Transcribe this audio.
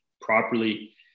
properly